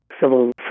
civil